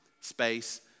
space